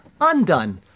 undone